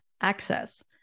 access